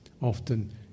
often